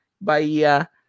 Bahia